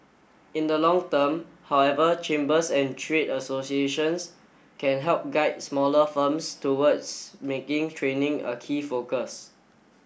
in the long term however chambers and trade associations can help guide smaller firms towards making training a key focus